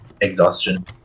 exhaustion